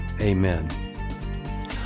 amen